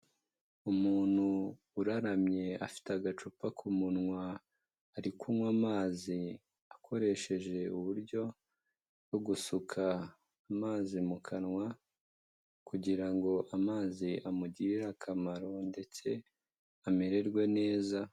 Umuntu uraramye afite agacupa ku munwa, ari kunywa amazi akoresheje uburyo bwo gusuka amazi mu kanwa, kugira ngo amazi amugirire akamaro ndetse amererwe neza.